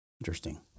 Interesting